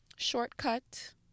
shortcut